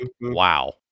Wow